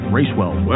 Racewell